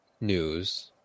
news